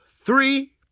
three